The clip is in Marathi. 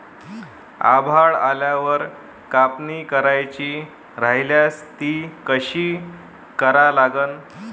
आभाळ आल्यावर कापनी करायची राह्यल्यास ती कशी करा लागन?